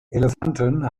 elefanten